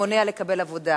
ומונע לקבל עבודה.